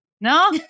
No